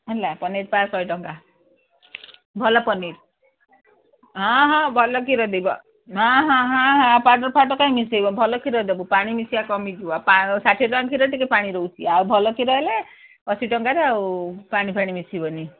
ହେଲା ପନିର ପା ଶହେ ଟଙ୍କା ଭଲ ପନିର ହଁ ହଁ ଭଲ କ୍ଷୀର ଦେବ ହଁ ହଁ ହଁ ହଁ ପାଉଡ଼ର ଫାଉଡ଼ର କାଇଁ ମିଶାଇବ ଭଲ କ୍ଷୀର ଦେବୁ ପାଣି ମିଶିବା କମିଯିବ ଆ ପା ଷାଠିଏ ଟଙ୍କା କ୍ଷୀର ଟିକେ ପାଣି ରହୁଛି ଆଉ ଭଲ କ୍ଷୀର ହେଲେ ଅଶୀ ଟଙ୍କାରେ ଆଉ ପାଣି ଫାଣି ମିଶିବନି